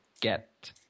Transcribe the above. get